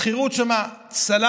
השכירות שם צללה,